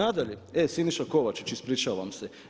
E Siniša Kovačić ispričavam se.